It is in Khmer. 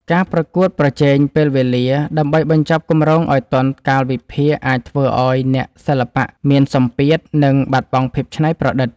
ការប្រកួតប្រជែងពេលវេលាដើម្បីបញ្ចប់គម្រោងឱ្យទាន់កាលវិភាគ អាចធ្វើឱ្យអ្នកសិល្បៈមានសម្ពាធ និងបាត់បង់ភាពច្នៃប្រឌិត។